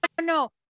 No